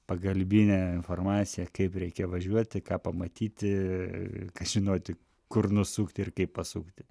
pagalbinė informacija kaip reikia važiuoti ką pamatyti ką žinoti kur nusukti ir kaip pasukti